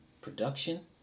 production